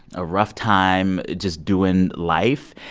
a rough time just doing life.